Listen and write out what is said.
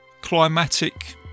climatic